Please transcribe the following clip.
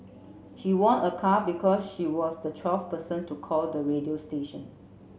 she won a car because she was the twelfth person to call the radio station